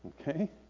Okay